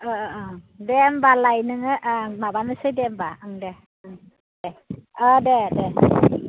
अ अ अ दे होनबालाय नोङो ओं माबानोसै दे होनबा ओं दे ओं अ दे दे